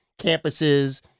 campuses